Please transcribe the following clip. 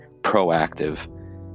proactive